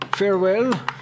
Farewell